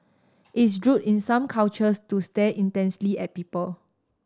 it's rude in some cultures to stare intensely at people